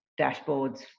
dashboards